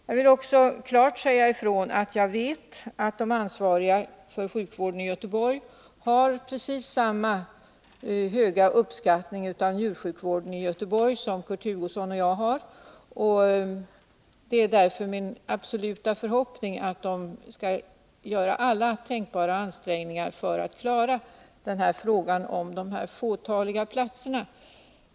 Jag vill också klart säga ifrån att jag vet att de ansvariga för sjukvården i Göteborg har precis samma höga uppskattning av njursjukvården där som Kurt Hugosson och jag har. Det är därför min absoluta förhoppning att man i Göteborg skall göra alla tänkbara ansträngningar för att lösa problemet med de fåtaliga platserna.